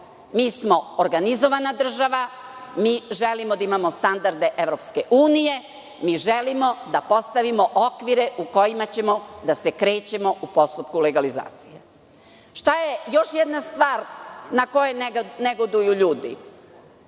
mi smo organizovana država, mi želimo da imamo standarde EU, mi želimo da postavimo okvire u kojima ćemo da se krećemo u postupku legalizacije. Još jedna stvar na koju negoduju ljudi.